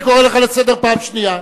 אני קורא לך לסדר פעם שנייה.